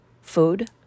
food